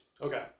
okay